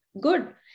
Good